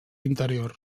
interior